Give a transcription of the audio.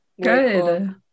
Good